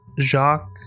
Jacques